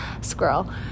squirrel